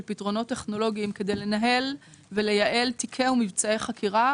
פתרונות טכנולוגיים כדי לנהל ולייעל תיקי ומבצעי חקירה.